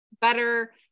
better